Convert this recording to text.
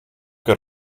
got